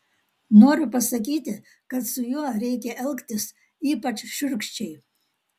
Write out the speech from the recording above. noriu pasakyti kad su juo reikia elgtis ypač šiurkščiai